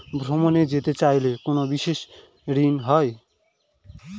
ভ্রমণে যেতে চাইলে কোনো বিশেষ ঋণ হয়?